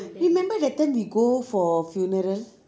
remember that time we go for funeral